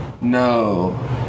No